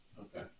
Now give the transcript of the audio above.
Okay